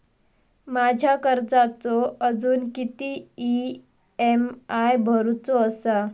माझ्या कर्जाचो अजून किती ई.एम.आय भरूचो असा?